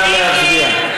נא להצביע.